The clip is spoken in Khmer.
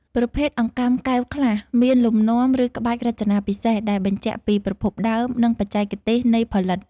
ប្រភេទអង្កាំកែវខ្លះ មានលំនាំ ឬក្បាច់រចនាពិសេស ដែលបញ្ជាក់ពីប្រភពដើម និងបច្ចេកទេសនៃផលិត។